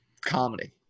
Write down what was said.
comedy